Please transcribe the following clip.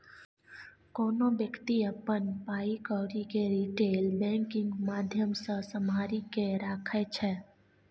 कोनो बेकती अपन पाइ कौरी केँ रिटेल बैंकिंग माध्यमसँ सम्हारि केँ राखै छै